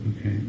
Okay